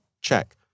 Check